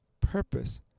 purpose